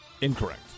Incorrect